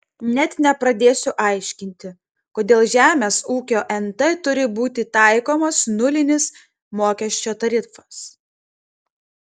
net nepradėsiu aiškinti kodėl žemės ūkio nt turi būti taikomas nulinis mokesčio tarifas